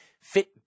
fit